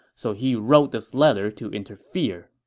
so he wrote this letter to interfere.